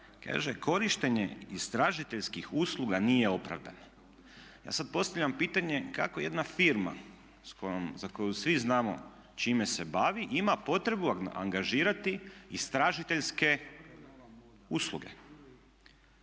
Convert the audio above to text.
korištenje istražiteljskih usluga nije opravdano. Ja sad postavljam pitanje kako jedna firma za koju svi znamo čime se bavi ima potrebu angažirati istražiteljske usluge?